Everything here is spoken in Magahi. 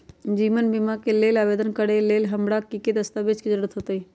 जीवन बीमा के लेल आवेदन करे लेल हमरा की की दस्तावेज के जरूरत होतई?